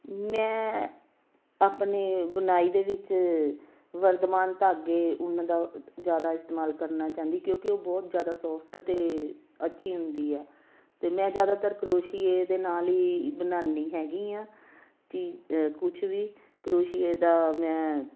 ਮੈਂ ਆਪਣੇ ਬੁਣਾਈ ਦੇ ਵਿੱਚ ਵਰਧਮਾਨ ਧਾਗੇ ਉੱਨ ਦਾ ਜ਼ਿਆਦਾ ਇਸਤੇਮਾਲ ਕਰਨਾ ਚਾਹੁੰਦੀ ਕਿਉਂਕੀ ਉਹ ਬਹੁਤ ਜ਼ਿਆਦਾ ਸੋਫਟ ਅਤੇ ਅੱਛੀ ਹੁੰਦੀ ਹੈ ਅਤੇ ਮੈਂ ਜ਼ਿਆਦਾਤਰ ਕਰੋਸ਼ੀਏ ਦੇ ਨਾਲ ਹੀ ਬਣਾਉਂਦੀ ਹੈਗੀ ਹਾਂ ਚੀਜ਼ ਕੁਛ ਵੀ ਕਰੋਸ਼ੀਏ ਦਾ ਮੈਂ